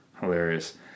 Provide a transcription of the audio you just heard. Hilarious